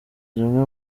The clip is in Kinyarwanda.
zimwe